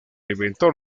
inventor